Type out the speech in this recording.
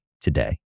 today